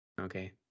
Okay